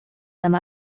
them